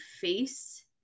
face